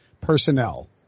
personnel